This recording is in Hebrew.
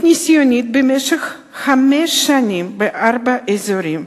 ניסיונית במשך חמש שנים בארבעה אזורים.